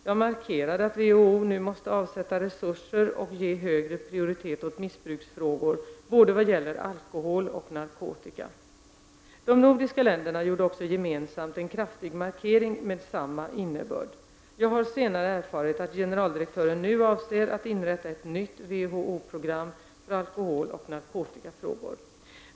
Jag mar kerade att WHO nu måste avsätta resurser och ge högre prioritet åt missbruksfrågor, i vad gäller både alkohol och narkotika. De nordiska länderna gjorde också gemensamt en kraftig markering med samma innebörd. Jag har senare erfarit att generaldirektören nu avser att inrätta ett nytt WHO program för alkohol och narkotikafrågor.